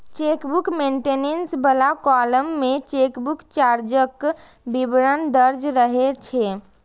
chequebook maintenance बला column मे chequebook चार्जक विवरण दर्ज रहै छै